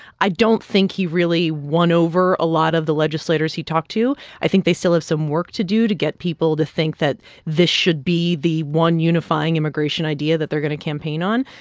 i don't think he really won over a lot of the legislators he talked to. i think they still have some work to do to get people to think that this should be the one unifying immigration idea that they're going to campaign on.